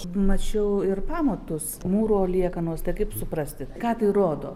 mačiau ir pamatus mūro liekanos tai kaip suprasti ką tai rodo